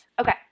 Okay